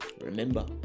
Remember